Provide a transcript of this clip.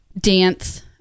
dance